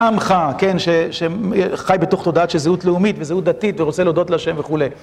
עמך, כן, שחי בתוך תודעה של זהות לאומית וזהות דתית ורוצה להודות להשם וכולי.